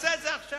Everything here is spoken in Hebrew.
תעשה את זה עכשיו.